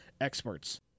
experts